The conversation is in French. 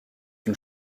une